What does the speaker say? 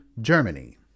Germany